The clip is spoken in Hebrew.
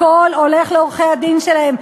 הכול הולך לעורכי-הדין שלהם,